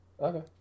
Okay